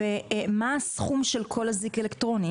ומה הסכום של כל אזיק אלקטרוני?